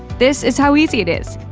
this is how easy it is!